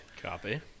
Copy